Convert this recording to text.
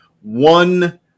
one